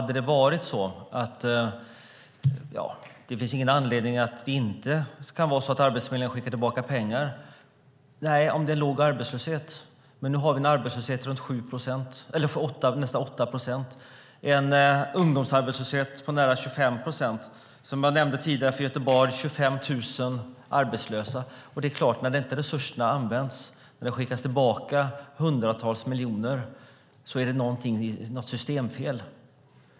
Det finns ingen anledning att det inte kan vara så att Arbetsförmedlingen skickar tillbaka pengar - om det är låg arbetslöshet. Men nu har vi en arbetslöshet på nästan 8 procent och en ungdomsarbetslöshet på nära 25 procent. Som jag nämnde tidigare är det i Göteborg 25 000 arbetslösa, och det är klart att när resurserna inte används utan man skickar tillbaka hundratals miljoner så är det något systemfel.